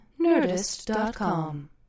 Nerdist.com